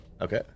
Okay